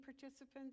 participants